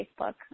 Facebook